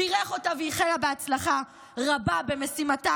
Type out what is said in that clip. בירך אותה ואיחל לה הצלחה רבה במשימתה